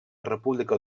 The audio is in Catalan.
república